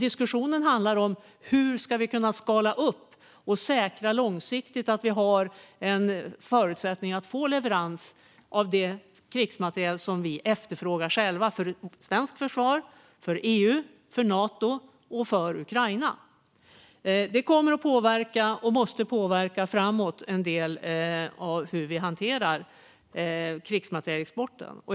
Diskussionen handlar om hur vi ska kunna skala upp och långsiktigt säkra förutsättningar att få leverans av den krigsmateriel som vi efterfrågar själva för svenskt försvar, för EU, för Nato och för Ukraina. Det måste påverka och kommer att påverka hur vi hanterar krigsmaterielexporten framöver.